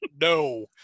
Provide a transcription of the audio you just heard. No